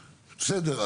בסדר,